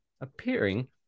appearing